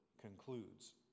concludes